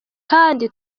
kandi